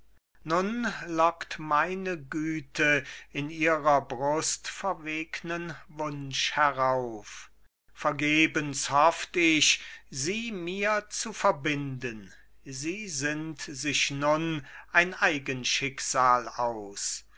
nun lockt meine güte in ihrer brust verwegnen wunsch herauf vergebens hofft ich sie mir zu verbinden sie sinnt sich nun ein eigen schicksal aus